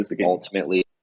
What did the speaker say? ultimately